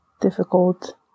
difficult